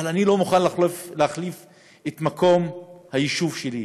אבל אני לא מוכן להחליף את מקום היישוב שלי.